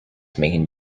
making